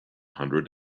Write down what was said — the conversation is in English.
hundred